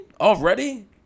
already